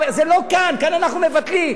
זה לא כאן, כאן אנחנו מבטלים.